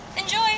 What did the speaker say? Enjoy